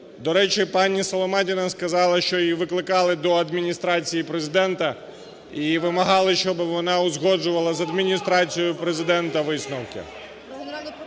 До речі, пані Соломатіна сказала, що її викликали до Адміністрації Президента і вимагала, щоб вона узгоджувала з Адміністрацією Президента висновки.